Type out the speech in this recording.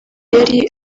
yari